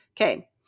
okay